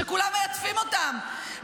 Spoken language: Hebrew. שכולם מלטפים אותם,